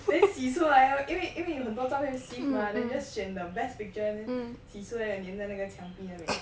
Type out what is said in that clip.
then 洗出来 hor 因为因为有很多照片洗 mah then just 选 the best picture then 洗出来粘在那个墙壁那边